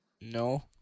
No